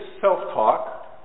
self-talk